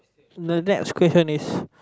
the next question is